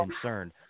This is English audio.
concerned